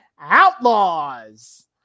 Outlaws